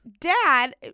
dad